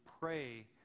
pray